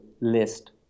list